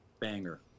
banger